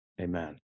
Amen